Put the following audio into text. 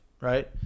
right